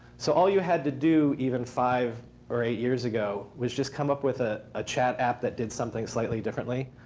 so all you had to do even five or eight years ago was just come up with a ah chat app that did something slightly differently.